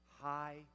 high